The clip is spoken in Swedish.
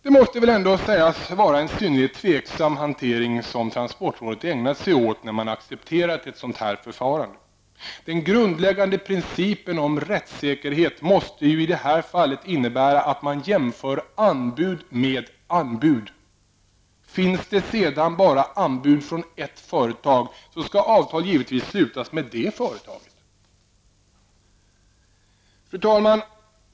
Det måste väl ändå sägas vara en synnerligen tveksam hantering transportrådet ägnat sig åt när man accepterat ett sådant här förfarande. Den grundläggande principen om rättssäkerhet måste ju i det här fallet innebära att man jämför anbud med anbud. Finns det sedan bara anbud från ett företag skall avtal givetvis slutas med det företaget. Fru talman!